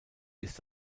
ist